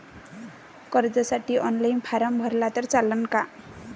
कर्जसाठी online form भरला तर चालन का?